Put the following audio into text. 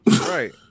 Right